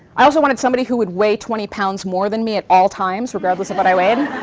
i also wanted somebody who would weigh twenty pounds more than me at all times, regardless of what i weighed.